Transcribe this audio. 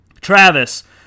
Travis